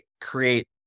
create